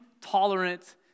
tolerant